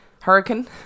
Hurricane